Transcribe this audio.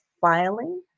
filing